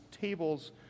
tables